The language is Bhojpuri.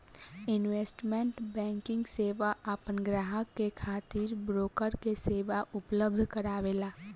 इन्वेस्टमेंट बैंकिंग सेवा आपन ग्राहक सन खातिर ब्रोकर के सेवा उपलब्ध करावेला